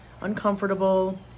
uncomfortable